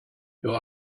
your